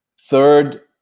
third